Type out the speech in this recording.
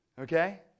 Okay